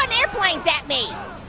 um airplanes at me?